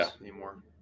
anymore